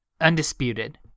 undisputed